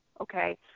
okay